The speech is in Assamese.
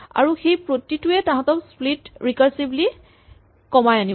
আৰু সেই প্ৰতিটোৱে তাঁহাতৰ স্প্লিট ৰিকাৰছিভলী কমাই আনিব